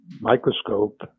microscope